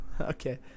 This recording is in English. Okay